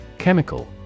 Chemical